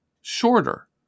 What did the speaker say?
shorter